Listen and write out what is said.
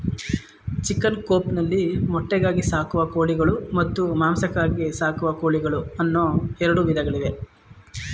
chicken coop ನಲ್ಲಿ ಮೊಟ್ಟೆಗಾಗಿ ಸಾಕುವ ಕೋಳಿಗಳು ಮತ್ತು ಮಾಂಸಕ್ಕಾಗಿ ಸಾಕುವ ಕೋಳಿಗಳು ಅನ್ನೂ ಎರಡು ವಿಧಗಳಿವೆ